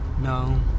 No